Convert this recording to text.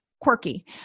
quirky